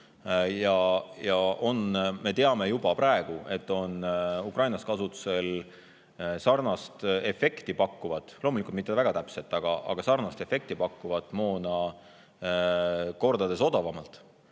ja me teame juba praegu, et Ukrainas on kasutusel sarnast efekti pakkuvat – loomulikult mitte väga täpselt, aga sarnast efekti pakkuvat – moona kordades odavamalt,